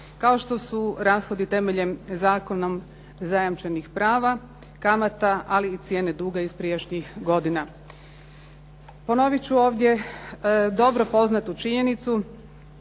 kao što su rashodi temeljem zakonom zajamčenih prava, kamata, ali i cijene duga iz prijašnjih godina. Ponovit ću ovdje dobro poznatu činjenicu,